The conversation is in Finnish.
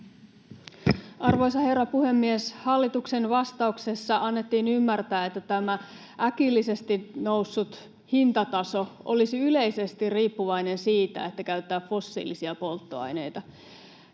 Arvoisa herra puhemies! Hallituksen vastauksessa annettiin ymmärtää, että tämä äkillisesti noussut hintataso olisi yleisesti riippuvainen siitä, että käyttää fossiilisia polttoaineita.